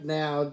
now